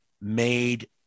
made